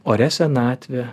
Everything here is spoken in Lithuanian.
oria senatve